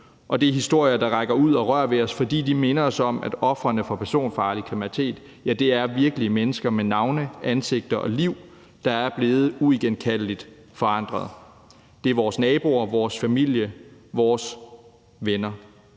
og det er historier, der rækker ud og rører ved os, fordi de minder os om, at ofrene for personfarlig kriminalitet er virkelige mennesker med navne, ansigter og liv, der er blevet uigenkaldeligt forandrede. Det er vores naboer, vores familie, vores venner.